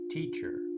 Teacher